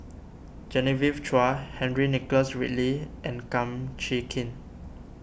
Genevieve Chua Henry Nicholas Ridley and Kum Chee Kin